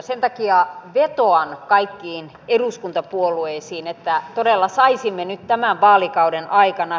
sen takia vetoan kaikkiin eduskuntapuolueisiin että todella saisimme nyt tämän vaalikauden aikana